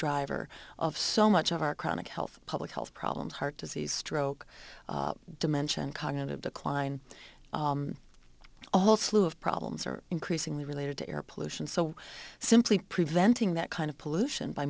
driver of so much of our chronic health public health problems heart disease stroke dimension cognitive decline all slew of problems are increasingly related to air pollution so simply preventing that kind of pollution by